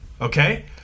Okay